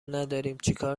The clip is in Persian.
نداریم، چیکار